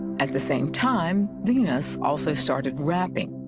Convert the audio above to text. at the same time, venus also started rapping,